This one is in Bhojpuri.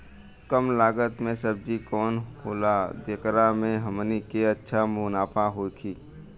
कम लागत के सब्जी कवन होला जेकरा में हमनी के अच्छा मुनाफा होखे?